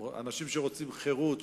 אנשים שרוצים חירות,